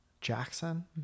Jackson